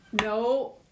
no